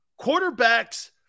quarterbacks